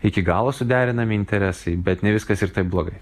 iki galo suderinami interesai bet ne viskas ir taip blogai